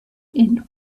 and